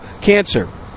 cancer